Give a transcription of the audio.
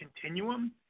continuum